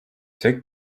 tek